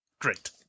Great